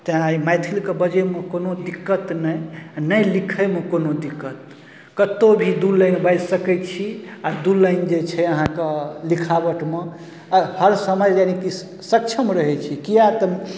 तेँ एहि मैथिलीके बजैमे कोनो दिक्कत नहि आओर नहि लिखैमे कोनो दिक्कत कतहु भी दुइ लाइन बाजि सकै छी आओर दुइ लाइन जे छै अहाँके लिखावटमे हर समय यानीकि सक्षम रहै छी किएक तऽ